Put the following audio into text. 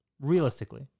realistically